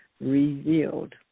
revealed